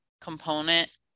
component